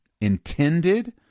intended